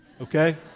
Okay